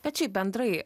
bet šiaip bendrai